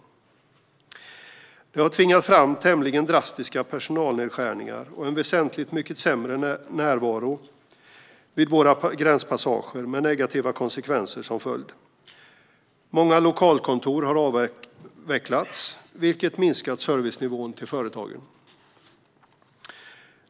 Detta har tvingat fram tämligen drastiska personalnedskärningar och en väsentligt mycket sämre närvaro vid våra gränspassager, med negativa konsekvenser som följd. Många lokalkontor har avvecklats, vilket har minskat nivån på servicen till företagen.